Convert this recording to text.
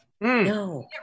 No